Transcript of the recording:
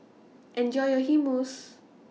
Enjoy your Hummus